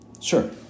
Sure